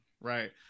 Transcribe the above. right